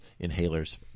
inhalers